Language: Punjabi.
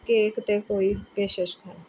ਕੇਕ 'ਤੇ ਕੋਈ ਪੇਸ਼ਕਸ਼ ਹੈ